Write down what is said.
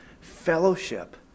Fellowship